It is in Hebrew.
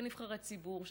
כנבחרי ציבור,